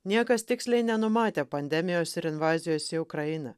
niekas tiksliai nenumatė pandemijos ir invazijos į ukrainą